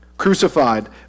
crucified